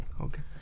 Okay